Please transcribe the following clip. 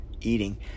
eating